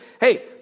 hey